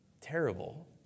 terrible